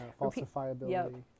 falsifiability